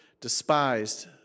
despised